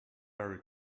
very